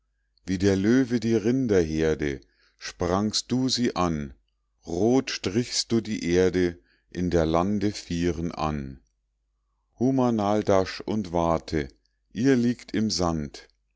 wie der löwe die rinderherde sprangst du sie an rot strichst du die erde in der lande vieren an humanaldasch und wate ihr liegt im sand